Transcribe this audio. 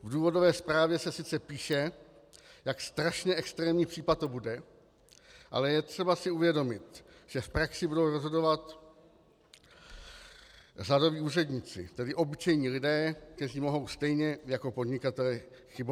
V důvodové zprávě se sice píše, jak strašně extrémní případ to bude, ale je třeba si uvědomit, že v praxi budou rozhodovat řadoví úředníci, tedy obyčejní lidé, kteří mohou stejně jako podnikatelé chybovat.